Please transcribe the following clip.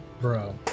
Bro